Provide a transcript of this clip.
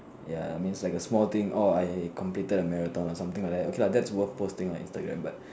ya I mean is like a small thing orh I completed a marathon or something like that okay lah that's worth posting on Instagram